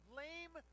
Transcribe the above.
lame